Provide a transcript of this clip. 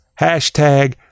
hashtag